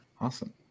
Awesome